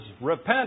repent